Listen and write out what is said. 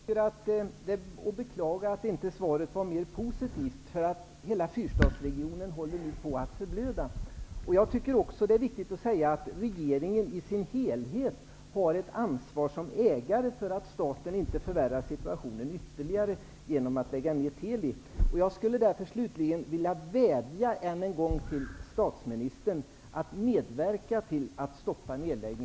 Fru talman! Jag beklagar att svaret inte var mer positivt. Hela fyrstadsregionen håller på att förblöda. Det är viktigt att säga att regeringen i sin helhet har ett ansvar som ägare för att staten inte förvärrar situationen ytterligare genom att lägga ned TELI.